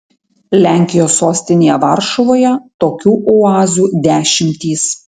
lenkijos sostinėje varšuvoje tokių oazių dešimtys